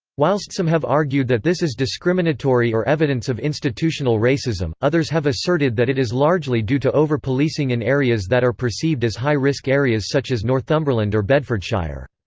whilst some have argued that this is discriminatory or evidence of institutional racism, others have asserted that it is largely due to over policing in areas that are perceived as high-risk areas such as northumberland or bedfordshire.